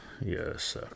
yes